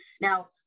Now